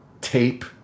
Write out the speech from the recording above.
tape